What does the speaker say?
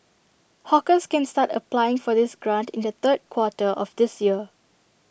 hawkers can start applying for this grant in the third quarter of this year